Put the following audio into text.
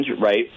right